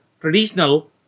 traditional